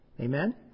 Amen